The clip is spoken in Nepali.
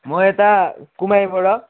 म यता कुमाईबाट